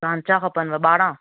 सांचा खपनिव ॿारहं